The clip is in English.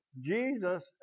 Jesus